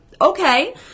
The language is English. Okay